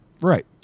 Right